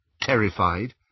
terrified